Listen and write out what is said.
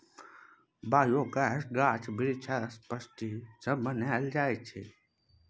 biogas गाछ बिरीछ आ अपशिष्ट सँ बनाएल जाइ छै